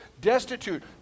destitute